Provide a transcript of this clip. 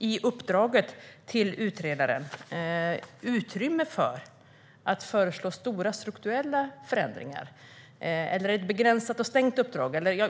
i uppdraget till utredaren finns utrymme för att föreslå stora strukturella förändringar. Eller är det ett begränsat och stängt uppdrag?